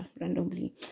randomly